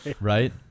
Right